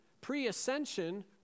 pre-ascension